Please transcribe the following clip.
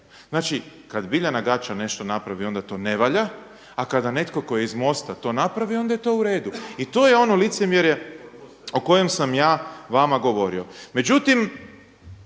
Znači kad Biljana Gaća nešto napravi onda to ne valja, a kada netko tko je iz MOST-a to napravio onda je to uredu. I to je ono licemjerje o kojem sam ja vama govorio. Međutim,